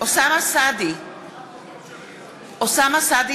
כשראיתי את נוסח החוק,